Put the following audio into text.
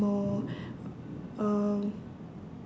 more um